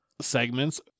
segments